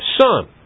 son